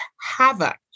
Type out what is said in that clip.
havoc